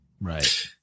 Right